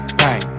bang